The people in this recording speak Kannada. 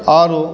ಆರು